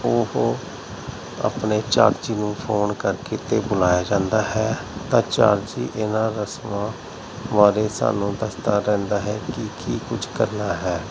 ਉਹ ਆਪਨੇ ਚਾਰਜੀ ਨੂੰ ਫੋਨ ਕਰਕੇ ਅਤੇ ਬੁਲਾਇਆ ਜਾਂਦਾ ਹੈ ਤਾਂ ਚਾਰਜੀ ਇਹਨਾਂ ਰਸਮਾਂ ਬਾਰੇ ਸਾਨੂੰ ਦੱਸਦਾ ਰਹਿੰਦਾ ਹੈ ਕਿ ਕੀ ਕੁਛ ਕਰਨਾ ਹੈ